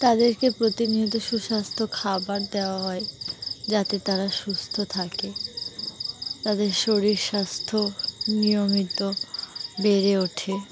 তাদেরকে প্রতিনিয়ত সুস্বাস্থ্য খাবার দেওয়া হয় যাতে তারা সুস্থ থাকে তাদের শরীর স্বাস্থ্য নিয়মিত বেড়ে ওঠে